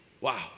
Wow